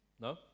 No